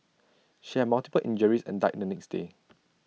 she had multiple injuries and died the next day